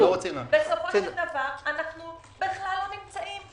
בסופו של דבר אנחנו לא בכלל נמצאים,